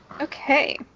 Okay